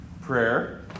Prayer